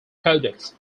products